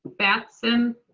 paxton.